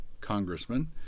congressman